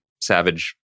savage